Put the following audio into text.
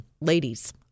Ladies